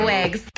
Wigs